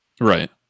right